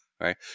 right